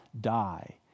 die